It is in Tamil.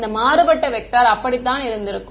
இந்த மாறுபட்ட வெக்டர் அப்படித்தான் இருந்திருக்கும்